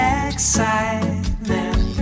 excitement